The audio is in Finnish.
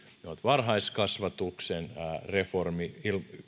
ne ovat varhaiskasvatuksen reformi